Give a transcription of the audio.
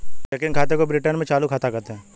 checking खाते को Britain में चालू खाता कहते हैं